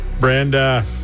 Brenda